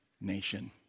nation